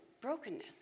brokenness